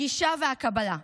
הגישה והקבלה.